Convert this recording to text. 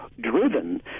driven